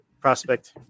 prospect